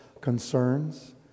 concerns